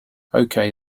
okay